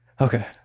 okay